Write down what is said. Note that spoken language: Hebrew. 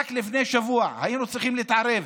רק לפני שבוע היינו צריכים להתערב,